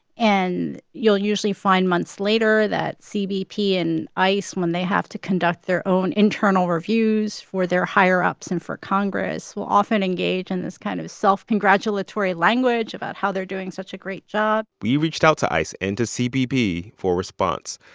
and you'll usually find months later that cbp and ice, when they have to conduct their own internal reviews for their higher-ups and for congress, will often engage in this kind of self-congratulatory language about how they're doing such a great job we reached out to ice and to cbp for a response.